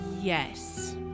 yes